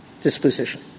disposition